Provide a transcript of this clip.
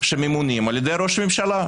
שממונים על ידי ראש ממשלה.